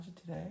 today